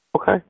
Okay